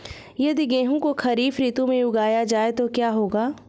यदि गेहूँ को खरीफ ऋतु में उगाया जाए तो क्या होगा?